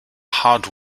hard